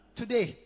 today